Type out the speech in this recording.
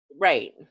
Right